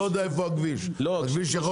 אני לא יודע איפה הכביש הכביש יכול